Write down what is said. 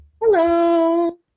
hello